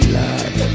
love